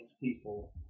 people